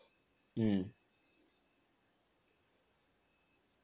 mm